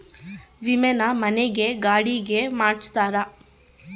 ವಿಮೆನ ಮನೆ ಗೆ ಗಾಡಿ ಗೆ ಮಾಡ್ಸ್ತಾರ